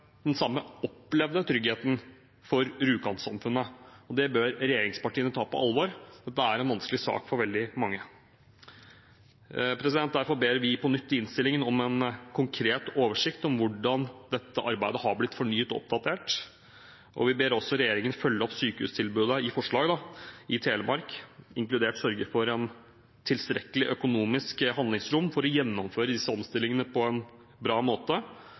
den samme opplevde tryggheten for Rjukan-samfunnet, og dette bør regjeringspartiene ta på alvor. Det er en vanskelig sak for veldig mange. Derfor ber vi på nytt i innstillingen om en konkret oversikt over hvordan dette arbeidet har blitt fornyet og oppdatert, og vi ber også i forslaget om at regjeringen følger opp sykehustilbudet i Telemark, inkludert det å sørge for tilstrekkelig økonomisk handlingsrom for å gjennomføre disse omstillingene på en bra måte,